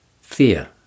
fear